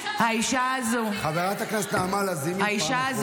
זאת אישה --- חברת הכנסת נעמה לזימי,